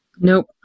Nope